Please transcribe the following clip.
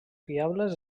fiables